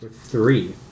Three